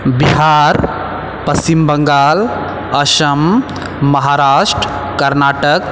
Bihar Paschim Bangal Assam Maharashtra Karnataka